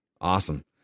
Awesome